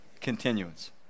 continuance